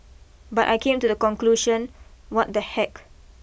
but I came to the conclusion what the heck